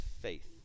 faith